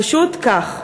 פשוט כך.